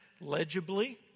legibly